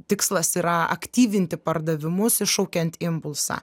tikslas yra aktyvinti pardavimus iššaukiant impulsą